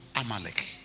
Amalek